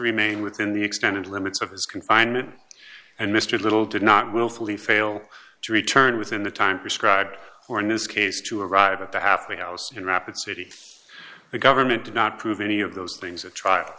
remain within the extended limits of his confinement and mr little did not willfully fail to return within the time prescribed or in this case to arrive at the halfway house in rapid city the government did not prove any of those things at trial